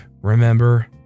remember